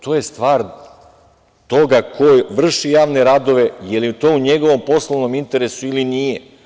To je stvar toga ko vrši javne radove, je li to u njegovom poslovnom interesu ili nije.